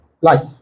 Life